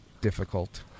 difficult